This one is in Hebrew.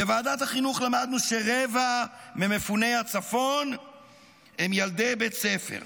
בוועדת החינוך למדנו שרבע ממפוני הצפון הם ילדי בית ספר,